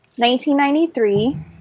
1993